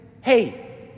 Hey